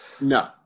No